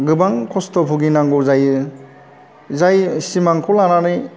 गोबां खस्थ' बुगिनांगौ जायो जाय सिमांखौ लानानै